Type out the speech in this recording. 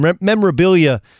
memorabilia